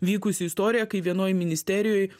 vykusi istorija kai vienoj ministerijoj